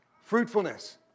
Fruitfulness